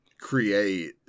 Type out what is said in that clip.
create